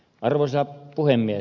arvoisa puhemies